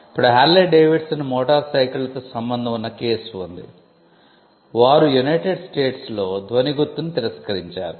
ఇప్పుడు Harley Davidson మోటార్సైకిళ్లతో సంబంధం ఉన్న కేసు ఉంది వారు యునైటెడ్ స్టేట్స్లో ధ్వని గుర్తును తిరస్కరించారు